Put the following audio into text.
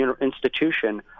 institution